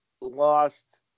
lost